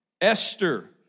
Esther